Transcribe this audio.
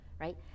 Right